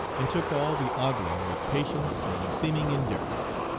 and took all the ogling with patience and seeming indifference.